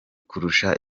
kurusha